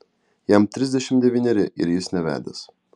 jam trisdešimt devyneri ir jis nevedęs